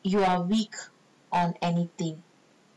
you are weak on anything